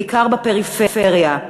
בעיקר בפריפריה,